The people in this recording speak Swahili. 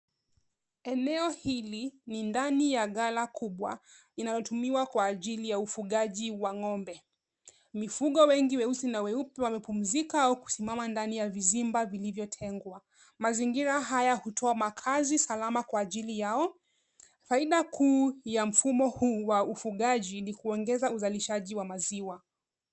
Eneo hili ni ndani ya ghala kubwa inayotumiwa kwa ajili ya ufugaji wa ng'ombe. Mifugo wengi weusi na weupe wamepumzika au kusimama ndani ya vizimba vilivyotengwa. Mazingira haya hutoa makazi salama kwa ajili yao. Faida kuu ya mfumo huu wa ufugaji ni kuongeza uzalishaji wa maziwa.